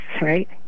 right